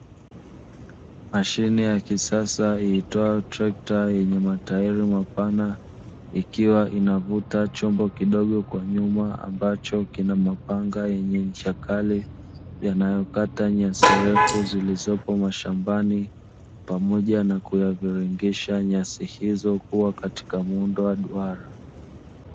Mashine ya kisasa iitwayo trekta yenye matairi mapana, ikiwa inavuta chombo kidogo kwa nyuma, ambacho kina mapanga yenye ncha kali yanayokata nyasi refu zilizopo mashambani pamoja na kuyaviringisha, nyasi hizo kuwa katika muundo wa duara.